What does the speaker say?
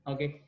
Okay